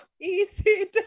Easy